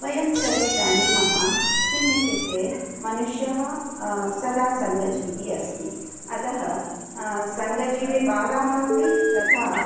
वयं सर्वे जानीमः किम् इत्युक्ते मनुष्यः सदा सङ्घजीवी अस्ति अतः सङ्घजीवीबालाः अपि तथा